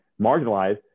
marginalized